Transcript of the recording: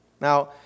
Now